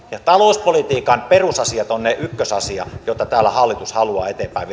talouspolitiikan perusasiat on ykkösasia jota täällä hallitus haluaa eteenpäin